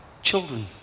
Children